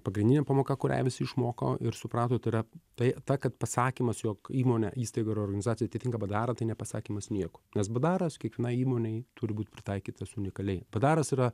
pagrindinė pamoka kurią visi išmoko ir suprato tai yra tai ta kad pasakymas jog įmonė įstaiga ar organizacija atitinka bdarą tai nepasakymas nieko nes bdaras kiekvienai įmonei turi būt pritaikytas unikaliai bdaras yra